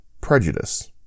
Prejudice